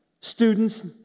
Students